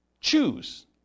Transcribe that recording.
choose